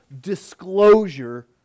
disclosure